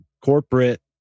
Corporate